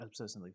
obsessively